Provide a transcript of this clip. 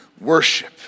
worship